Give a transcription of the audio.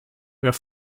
where